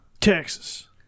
Texas